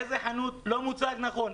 באיזו חנות זה לא מוצג נכון?